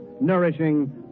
nourishing